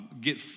get